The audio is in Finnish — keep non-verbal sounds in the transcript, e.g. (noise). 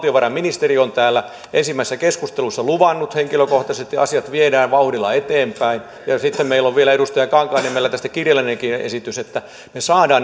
valtionvarainministeri on täällä ensimmäisessä keskustelussa luvannut henkilökohtaisesti että asiat viedään vauhdilla eteenpäin ja sitten meillä on vielä edustaja kankaanniemeltä tästä kirjallinenkin esitys että me saamme (unintelligible)